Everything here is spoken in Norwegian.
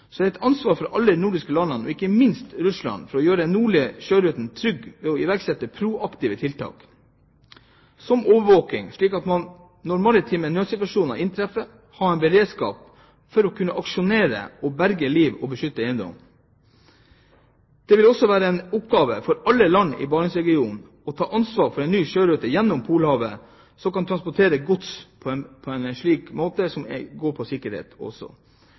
nordlige sjøruten trygg ved å iverksette proaktive tiltak som overvåkning, slik at man når maritime nødssituasjoner inntreffer, har en beredskap for å kunne aksjonere og berge liv og beskytte eiendom. Det vil også være en oppgave for alle land i Barentsregionen å ta ansvar for en ny sjørute gjennom Polhavet der en kan transportere gods på en sikker måte, og der man er i stand til å opprettholde en